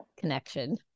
connection